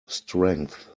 strength